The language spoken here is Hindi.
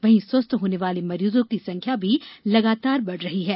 वहीं स्वस्थ होने वाले मरीजों की संख्या भी लगातार बढ़ रही है